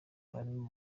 barimo